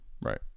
Right